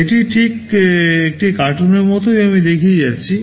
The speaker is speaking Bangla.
এটি ঠিক একটি কার্টুনের মতোই আমি দেখিয়ে যাচ্ছি